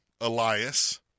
Elias